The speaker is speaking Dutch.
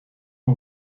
van